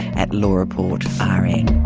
at lawreportrn